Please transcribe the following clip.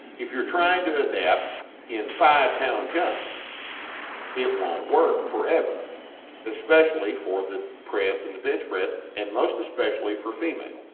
if youre trying to adapt in five lb jumps it wont work forever especially for the press and the bench press and most especially for females.